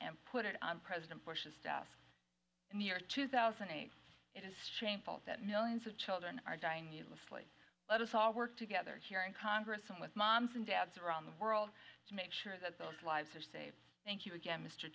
and put it on president bush's staff in the year two thousand and eight it is shameful that millions of children are dying needlessly let us all work together here in congress and with moms and dads around the world to make sure that those lives are saved thank you again mr